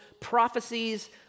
prophecies